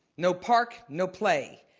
no park, no play.